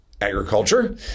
agriculture